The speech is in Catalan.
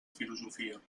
filosofia